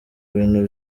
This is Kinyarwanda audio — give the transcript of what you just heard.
bintu